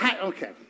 okay